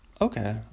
Okay